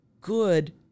good